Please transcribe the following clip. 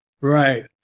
Right